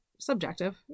subjective